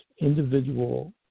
individual